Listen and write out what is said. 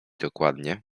dokładnie